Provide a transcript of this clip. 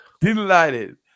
Delighted